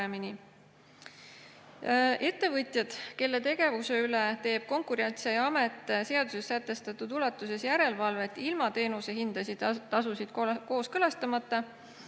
Ettevõtjad, kelle tegevuse üle teeb Konkurentsiamet seaduses sätestatud ulatuses järelevalvet ilma teenuse hindasid, tasusid kooskõlastamata,